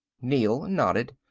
neel nodded.